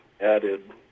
added